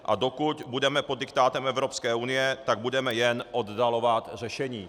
A dokud budeme pod diktátem Evropské unie, tak budeme jen oddalovat řešení.